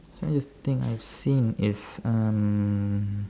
strangest thing I've seen is um